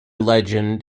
legend